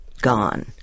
gone